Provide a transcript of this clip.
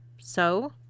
So